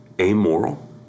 amoral